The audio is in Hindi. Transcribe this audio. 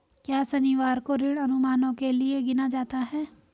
क्या शनिवार को ऋण अनुमानों के लिए गिना जाता है?